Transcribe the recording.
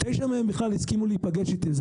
תשע מהם בכלל הסכימו להיפגש איתי,